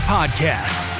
Podcast